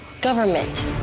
government